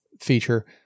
feature